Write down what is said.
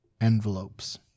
envelopes